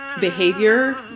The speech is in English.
behavior